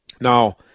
Now